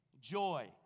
Joy